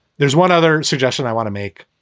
there's one other suggestion i want to make,